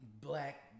black